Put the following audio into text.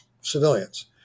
civilians